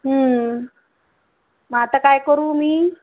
मग आता काय करू मी